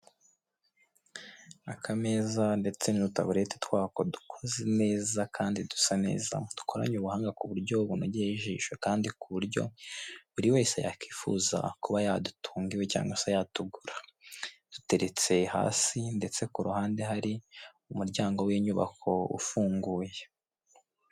Akameza ndetse n'udutaburete twako dukoze neza kandi dusa neza, dukoranye ubuhanga ku buryo bunogeye ijisho kandi ku buryo buri wese yakwifuza kuba yadutunga iwe cyangwa se yatugura. Duteretse hasi ndetse ku ruhande hari umuryango w'inyubako ufunguye.